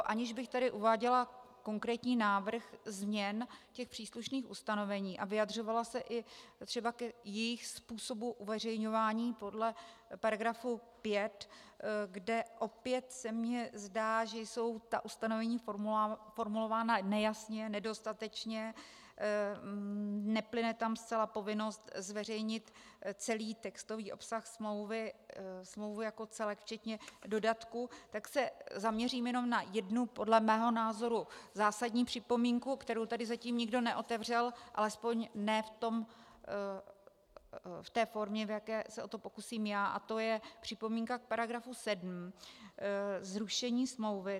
Aniž bych tady uváděla konkrétní návrh změn příslušných ustanovení a vyjadřovala se třeba i k jejich způsobu uveřejňování podle § 5, kde opět se mi zdá, že jsou ta ustanovení formulována nejasně, nedostatečně, neplyne tam zcela povinnost zveřejnit celý textový obsah smlouvy jako celek včetně dodatku, tak se zaměřím jenom na jednu podle mého názoru zásadní připomínku, kterou tady zatím nikdo neotevřel, alespoň ne v té formě, o jakou se pokusím já, a to je připomínka k § 7 Zrušení smlouvy.